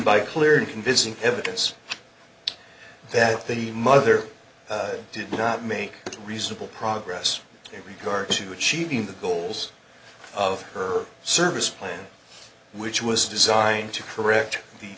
by clear and convincing evidence that the mother did not make reasonable progress in regard to achieving the goals of her service plan which was designed to correct the